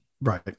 Right